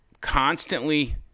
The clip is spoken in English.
constantly